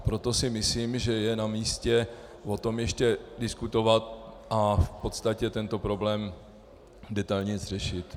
Proto si myslím, že je namístě o tom ještě diskutovat a v podstatě tento problém detailněji řešit.